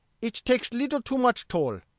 ich take leetle too much toll.